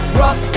rock